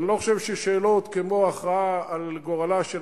אני לא חושב ששאלות כמו הכרעה על גורלה של